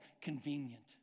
convenient